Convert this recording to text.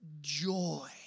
joy